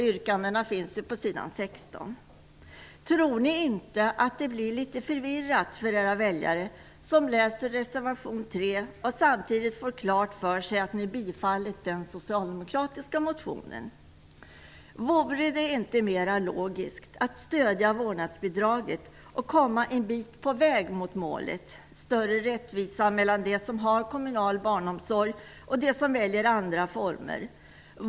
Yrkandena står på s 16. Tror ni inte att det blir litet förvirrande för era väljare som läser reservation 3, och samtidigt får klart för sig att ni yrkar bifall till den socialdemokratiska motionen? Vore det inte mera logiskt att stödja vårdnadsbidraget och komma en bit på väg mot målet, större rättvisa mellan de som har kommunal barnomsorg och de som väljer andra former?